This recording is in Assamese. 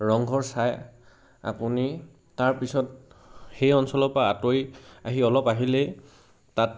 ৰংঘৰ চাই আপুনি তাৰপিছত সেই অঞ্চলৰ পৰা আঁতৰি আহি অলপ আহিলেই তাত